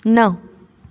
न